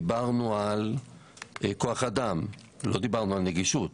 דיברנו על כוח אדם ולא דיברנו על נגישות.